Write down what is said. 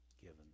given